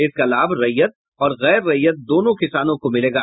इसका लाभ रैयत और गैर रैयत दोनों किसानों को मिलेगा